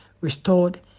restored